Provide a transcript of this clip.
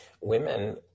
women